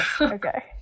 Okay